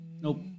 Nope